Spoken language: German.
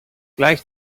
gleich